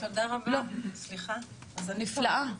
זה נפלא,